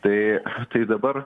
tai tai dabar